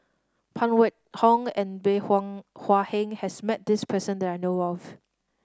Phan Wait Hong and Bey Hua Hua Heng has met this person that I know of